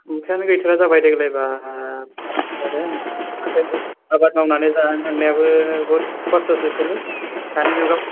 अखायानो गैथारा जाबाय देग्लाय बा जि जागोन आबाद मावनानै जानायाबो दा बहुत खस्थसैसो लै दानि जुगाव